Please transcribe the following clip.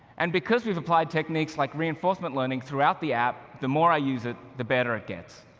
and, because we've applied techniques like reinforcement learning throughout the app, the more i use it, the better it gets.